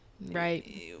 right